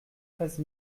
treize